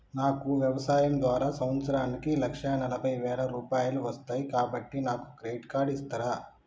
నాకు వ్యవసాయం ద్వారా సంవత్సరానికి లక్ష నలభై వేల రూపాయలు వస్తయ్, కాబట్టి నాకు క్రెడిట్ కార్డ్ ఇస్తరా?